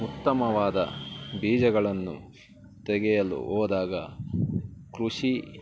ಉತ್ತಮವಾದ ಬೀಜಗಳನ್ನು ತೆಗೆಯಲು ಹೋದಾಗ ಕೃಷಿ